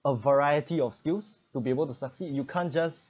a variety of skills to be able to succeed you can't just